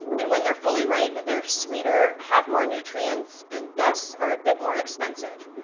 and when they're fully ripe, they're sweeter, have more nutrients, and thus are a bit more expensive.